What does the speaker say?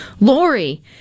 Lori